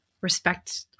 respect